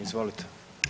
Izvolite.